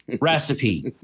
recipe